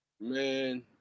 Man